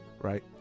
right